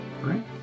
Right